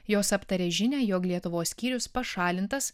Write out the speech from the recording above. jos aptarė žinią jog lietuvos skyrius pašalintas